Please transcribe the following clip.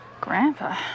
grandpa